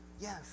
Yes